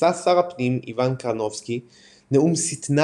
נשא שר הפנים איוואן קראסנובקי נאום שטנה